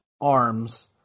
arms